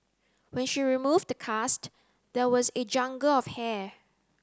when she removed the cast there was a jungle of hair